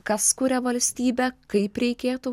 kas kuria valstybę kaip reikėtų